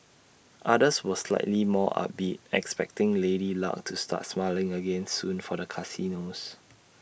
others were slightly more upbeat expecting lady luck to start smiling again soon for the casinos